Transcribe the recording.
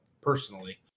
personally